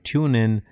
TuneIn